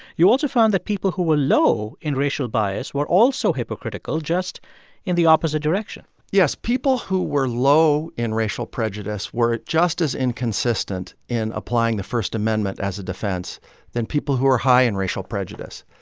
you also found that people who were low in racial bias were also hypocritical, just in the opposite direction yes, people who were low in racial prejudice were just as inconsistent in applying the first amendment as a defense than people who were high in racial prejudice.